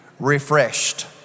refreshed